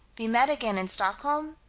be met again in stockholm?